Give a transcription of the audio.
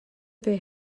they